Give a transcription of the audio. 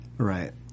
Right